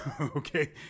okay